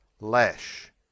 Lash